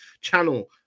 channel